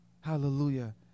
Hallelujah